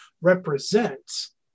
represents